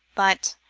but